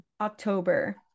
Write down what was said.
October